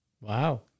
Wow